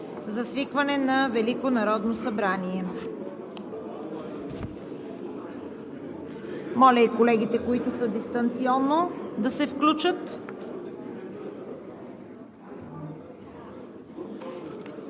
за свикване на Велико народно събрание. Моля и колегите, които са дистанционно, да се включат.